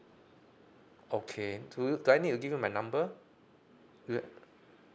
okay do you do I need to give you my number do you